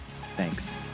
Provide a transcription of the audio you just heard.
thanks